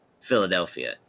Philadelphia